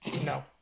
No